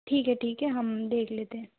ठीक है ठीक है हम देख लेते हैं